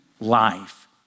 life